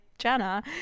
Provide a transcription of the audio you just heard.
Jenna